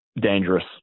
dangerous